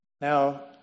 Now